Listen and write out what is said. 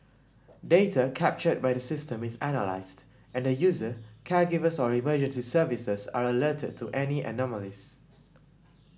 data captured by the system is analysed and the user caregivers or emergency services are alerted to any anomalies